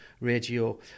radio